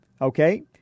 Okay